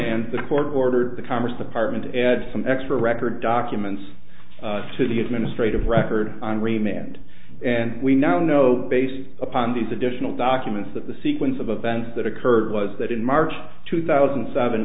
and the court ordered the congress apartment add some extra record documents to the administrative record on remand and we now know based upon these additional documents that the sequence of events that occurred was that in march two thousand and seven